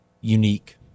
unique